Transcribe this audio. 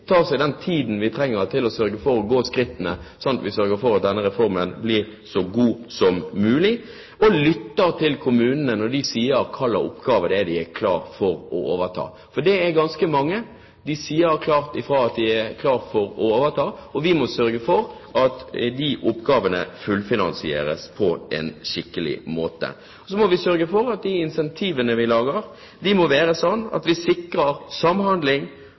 den tiden vi trenger til å gå skrittene, slik at vi sørger for at denne reformen blir så god som mulig, og at vi lytter til kommunene når de sier hvilke oppgaver de er klare for å overta. Det er ganske mange. De sier klart fra at de er klare til å overta, og vi må sørge for at de oppgavene fullfinansieres på en skikkelig måte. Vi må også sørge for at de incentivene vi gir, er slik at vi sikrer samhandling,